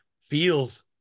feels